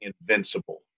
invincible